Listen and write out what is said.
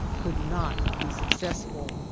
could not be successful.